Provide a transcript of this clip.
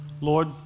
Lord